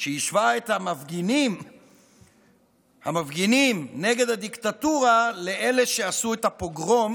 שהשווה את המפגינים נגד הדיקטטורה לאלה שעשו את הפוגרום